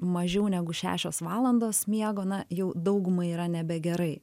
mažiau negu šešios valandos miego na jau daugumai yra nebegerai